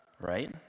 right